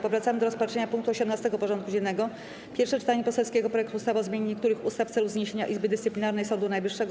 Powracamy do rozpatrzenia punktu 18. porządku dziennego: Pierwsze czytanie poselskiego projektu ustawy o zmianie niektórych ustaw w celu zniesienia Izby Dyscyplinarnej Sądu Najwyższego.